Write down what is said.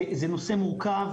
זה נושא מורכב.